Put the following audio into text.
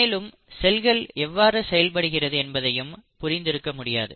மேலும் செல்கள் எவ்வாறு செயல்படுகிறது என்பதையும் புரிந்து இருக்க முடியாது